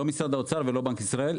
לא משרד האוצר ולא בנק ישראל,